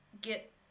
get